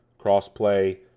crossplay